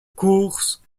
course